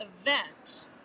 event